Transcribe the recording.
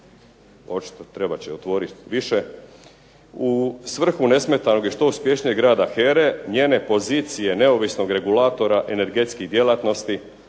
očito, trebat će otvoriti više. U svrhu nesmetanog i što uspješnijeg rada HERA-e njene pozicije neovisnog regulatora energetskih djelatnosti,